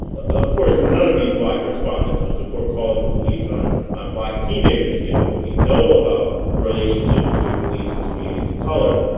of course, none of these black respondents would support calling the police on on black teenagers given what we know about the relationship between police and communities of color.